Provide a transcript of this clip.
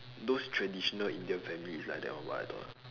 those traditional Indian family is like that one [what] I thought